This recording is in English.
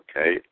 Okay